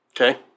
Okay